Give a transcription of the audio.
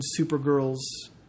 Supergirl's